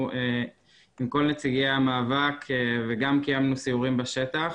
עם כל נציגי המאבק וגם קיימנו סיורים בשטח,